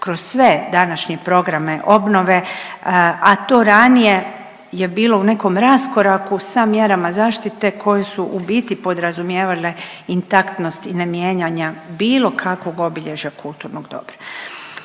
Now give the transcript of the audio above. kroz sve današnje programe obnove, a to ranije je bilo u nekom raskoraku sa mjerama zaštite koje su u biti podrazumijevale intaktnost i ne mijenjanja bilo kakvog obilježja kulturnog dobra.